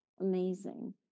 Amazing